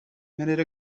minute